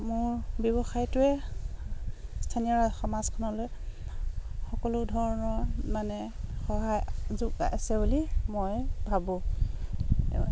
মোৰ ব্যৱসায়টোৱে স্থানীয় সমাজখনলৈ সকলো ধৰণৰ মানে সহায় যোগাইছে আছে বুলি মই ভাবোঁ